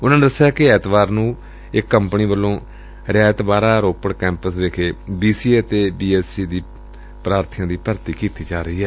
ਉਨੂਾਂ ਨੇ ਦੱਸਿਆ ਕਿ ਐਤਵਾਰ ਨੂੰ ਇਕ ਕੰਪਨੀ ਵੱਲੋਂ ਰਿਆਤ ਬਾਹਰਾਰੋਪੜ ਕੈਂਪਸ ਵਿਖੇ ਬੀਸੀਏ ਅਤੇ ਬੀਐਸਸੀ ਪ੍ਰਾਰਥੀਆਂ ਦੀ ਭਰਤੀ ਕੀਤੀ ਜਾ ਰਹੀ ਏ